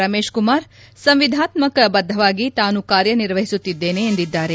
ರಮೇಶ್ ಕುಮಾರ್ ಸಂವಿಧಾನಾತ್ಮಕ ಬದ್ದವಾಗಿ ತಾನು ಕಾರ್ಯನಿರ್ವಹಿಸುತ್ತಿದ್ದೇನೆ ಎಂದಿದ್ದಾರೆ